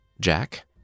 Jack